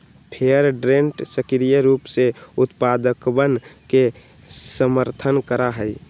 fair trade सक्रिय रूप से उत्पादकवन के समर्थन करा हई